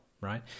right